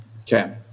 Okay